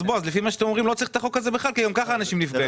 לפי מה שאתם אומרים לא צריך את החוק הזה כי גם כך אנשים נפגעים.